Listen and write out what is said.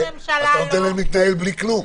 אתה נותן להם להתנהל בלי כלום.